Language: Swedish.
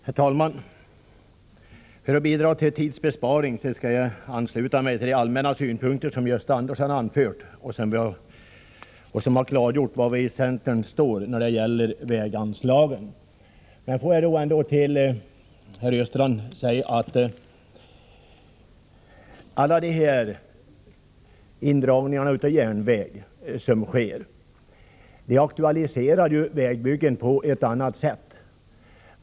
Herr talman! För att bidra till tidsbesparing skall jag ansluta mig till de allmänna synpunkter som Gösta Andersson anfört och som har klargjort var vi i centern står när det gäller väganslagen. Men får jag ändå säga till herr Östrand att alla de här indragningarna av järnväg som sker aktualiserar vägbyggen på ett annat sätt.